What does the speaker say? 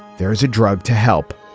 there is a drug to help.